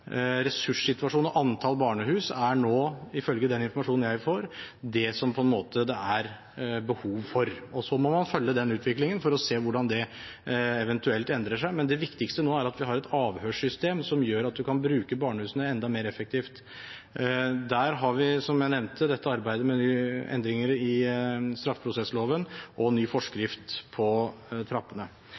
Ressurssituasjonen og antallet barnehus er nå – ifølge den informasjonen jeg har – det som det er behov for. Så må man følge den utviklingen for å se hvordan det eventuelt endrer seg, men det viktigste nå er at vi har et avhørssystem som gjør at man kan bruke barnehusene enda mer effektivt. Der har vi – som jeg nevnte – dette arbeidet med endringer i straffeprosessloven og ny forskrift på trappene.